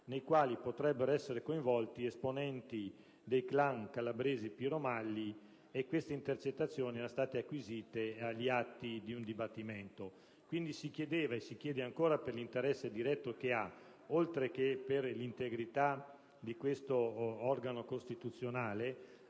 nei quali potrebbero essere coinvolti esponenti dei clan calabresi, tra cui il clan Piromalli; si tratta di intercettazioni che erano state acquisite agli atti di un dibattimento. Quindi si chiedeva e si chiede ancora, per l'interesse diretto che ha, oltre che per l'integrità di questo organo costituzionale,